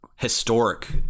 historic